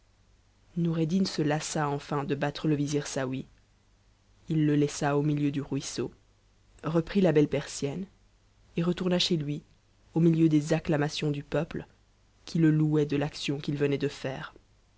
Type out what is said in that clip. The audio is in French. noureddin se lassa enfin de battre le vizir saouy il le laissa au milieu du ruisseau reprit la belle pfr sienne et retourna chez lui au milieu des acclamations du peuple qui if louait de l'action qu'il venait de faire